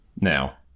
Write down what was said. now